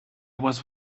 was